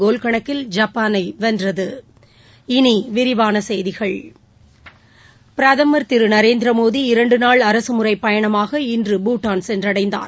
கோல் கணக்கில் ஜப்பானை வென்றது இனி விரிவான செய்திகள் பிரதமர் திரு நரேந்திர மோடி இரண்டு நாள் அரசமுறைப் பயணமாக இன்று பூட்டான் சென்றடைந்தார்